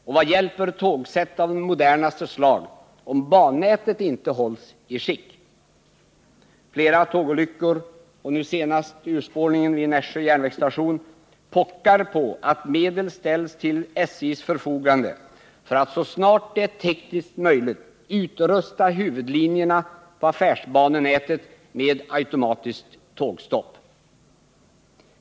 Och vad hjälper tågsätt av modernaste slag, om bannätet inte hålls i skick? Flera tågolyckor och nu senast urspårningen vid Nässjö järnvägsstation gör att man pockar på att medel ställs till SJ:s förfogande för att så snart det är tekniskt möjligt utrusta huvudlinjerna på affärsbanenätet med automatiskt tågstopp.